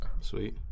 Sweet